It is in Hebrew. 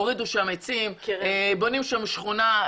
הורידו שם עצים ובונים שם שכונה.